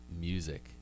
music